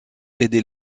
aider